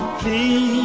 please